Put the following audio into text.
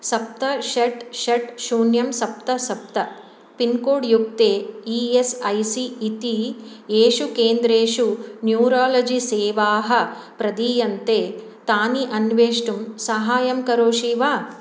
सप्त षट् षट् शून्यं सप्त सप्त पिन्कोड्युक्ते ई एस् ऐ सी इति येषु केन्द्रेषु न्यूरोलजिसेवाः प्रदीयन्ते तानि अन्वेष्टुं साहाय्यं करोषि वा